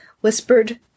whispered